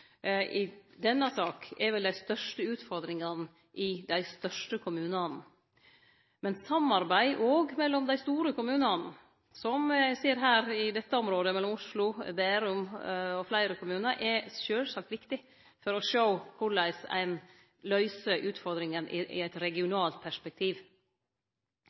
I denne saka er vel dei største utfordringane i dei største kommunane. Samarbeid òg mellom dei store kommunane, som me ser her i dette området, mellom Oslo, Bærum og fleire kommunar, er sjølvsagt viktig for å sjå korleis ein løyser utfordringa i eit regionalt perspektiv.